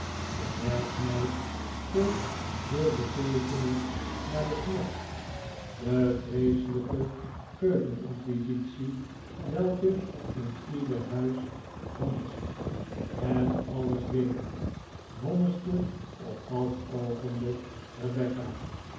de werkmeid keek veelbeteekenend naar den knecht de vreeselijke keuken inquisitie welke in ieder huis vonnist en alles weet vonniste op dat oogenblik rebecca